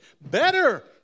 better